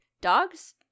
dogs